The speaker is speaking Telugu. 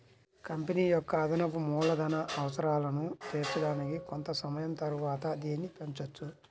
కంపెనీ యొక్క అదనపు మూలధన అవసరాలను తీర్చడానికి కొంత సమయం తరువాత దీనిని పెంచొచ్చు